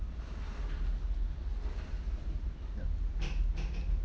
ya